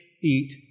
eat